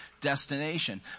destination